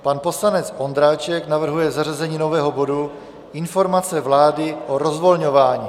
Pan poslanec Ondráček navrhuje zařazení nového bodu Informace vlády o rozvolňování.